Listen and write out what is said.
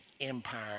empire